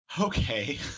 Okay